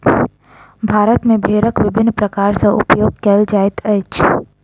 भारत मे भेड़क विभिन्न प्रकार सॅ उपयोग कयल जाइत अछि